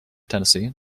tennessee